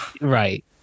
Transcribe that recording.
Right